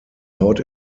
haut